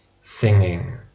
singing